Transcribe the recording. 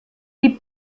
die